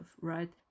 right